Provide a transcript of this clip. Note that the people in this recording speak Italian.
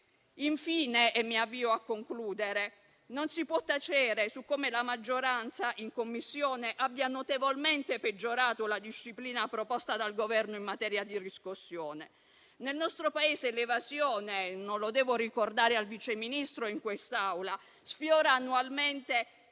differenziata. Infine, non si può tacere su come la maggioranza in Commissione abbia notevolmente peggiorato la disciplina proposta dal Governo in materia di riscossione. Nel nostro Paese l'evasione - non lo devo ricordare al Vice Ministro in quest'Aula - sfiora annualmente